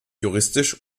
juristisch